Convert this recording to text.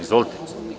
Izvolite.